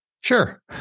sure